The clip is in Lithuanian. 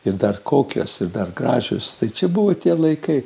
ir dar kokios ir dar gražios tai čia buvo tie laikai